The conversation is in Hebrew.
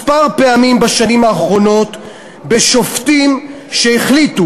כמה פעמים בשנים האחרונות בשופטים שהחליטו